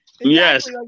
Yes